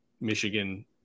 Michigan